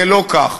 זה לא כך.